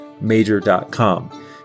Major.com